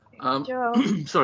Sorry